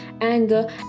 anger